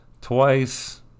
Twice